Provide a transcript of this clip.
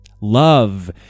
Love